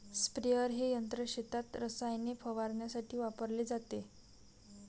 sprayer हे यंत्र शेतात रसायने फवारण्यासाठी वापरले जाते